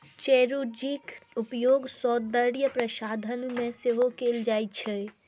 चिरौंजीक उपयोग सौंदर्य प्रसाधन मे सेहो कैल जाइ छै